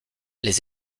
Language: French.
les